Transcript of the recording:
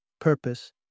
purpose